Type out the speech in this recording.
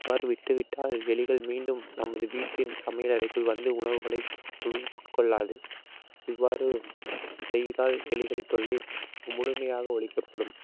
அவ்வாறு விட்டுவிட்டால் எலிகள் மீண்டும் நமது வீட்டின் சமையல் அறைக்குள் வந்து உணவுகளை உள் உட்கொள்ளாது இவ்வாறு செய்தால் எலிகள் தொல்லை முழுமையாக ஒழிக்கப்படும்